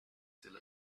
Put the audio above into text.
still